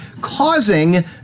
causing